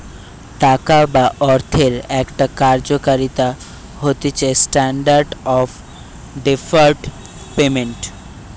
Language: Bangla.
টাকা বা অর্থের একটা কার্যকারিতা হতিছেস্ট্যান্ডার্ড অফ ডেফার্ড পেমেন্ট